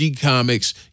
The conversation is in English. comics